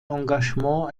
engagement